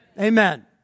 Amen